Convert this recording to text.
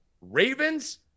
Ravens